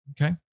Okay